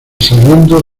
saliendo